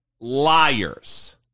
Liars